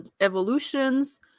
evolutions